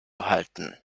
halten